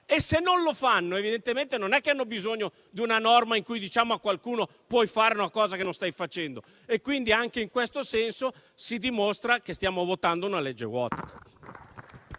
E, se non lo fanno, evidentemente non hanno bisogno di una norma in cui diciamo a qualcuno che può fare una cosa che non sta facendo. Anche in questo caso, si dimostra che stiamo votando una legge vuota.